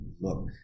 look